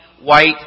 white